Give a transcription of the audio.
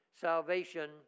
salvation